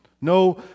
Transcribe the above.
No